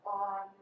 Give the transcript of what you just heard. on